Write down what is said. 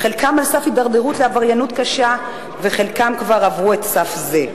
חלקם על סף הידרדרות לעבריינות קשה וחלקם כבר עברו את הסף הזה.